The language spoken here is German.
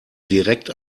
direkt